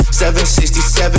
767